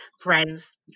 friends